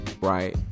right